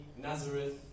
Nazareth